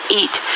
eat